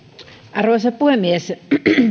arvoisa puhemies